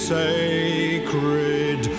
sacred